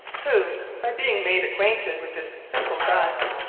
who, by being made acquainted with this simple fact,